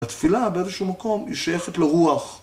התפילה באיזשהו מקום היא שייכת לרוח.